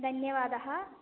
धन्यवादाः